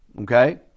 okay